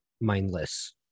mindless